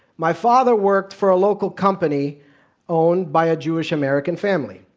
my father worked for a local company owned by a jewish-american family.